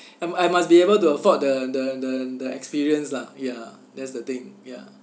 I must be able to afford the the the the experience lah ya that's the thing yeah